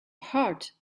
heart